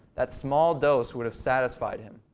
that small dose would have satisfied him.